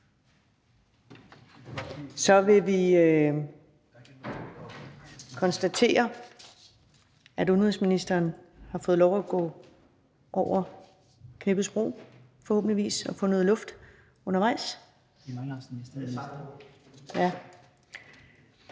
så vil vi konstatere, at udenrigsministeren har fået lov at gå over Knippelsbro og forhåbentligvis har fået noget luft undervejs. Det